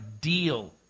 deal